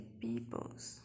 peoples